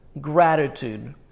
gratitude